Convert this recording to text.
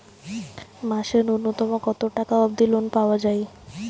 মাসে নূন্যতম কতো টাকা অব্দি লোন পাওয়া যায়?